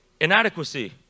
Inadequacy